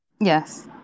yes